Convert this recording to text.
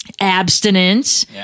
abstinence